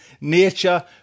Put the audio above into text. Nature